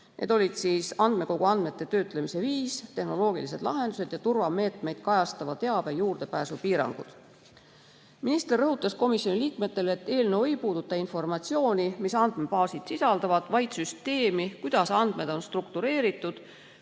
pikendada] andmekogu andmete töötlemise viisi, tehnoloogilisi lahendusi ja turvameetmeid kajastavale teabele juurdepääsu piirangud. Minister rõhutas komisjoni liikmetele, et eelnõu ei puuduta informatsiooni, mida andmebaasid sisaldavad, vaid süsteemi, kuidas andmed on struktureeritud,